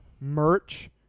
merch